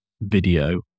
video